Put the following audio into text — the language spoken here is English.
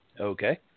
Okay